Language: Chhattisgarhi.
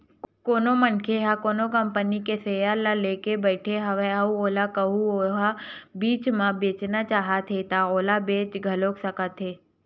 कोनो मनखे ह कोनो कंपनी के सेयर ल लेके बइठे हवय अउ ओला कहूँ ओहा बीच म बेचना चाहत हे ता ओला बेच घलो सकत हे